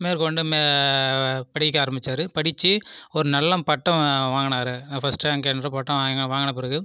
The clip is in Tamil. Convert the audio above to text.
மேற்கொண்டு படிக்க ஆரம்பிச்சாரு படித்து ஒரு நல்லம் பட்டம் வாங்கினாரு ஃபஸ்ட் ரேங்க் என்ற பட்டம் வாங்கின பிறகு